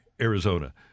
Arizona